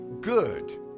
good